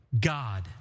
God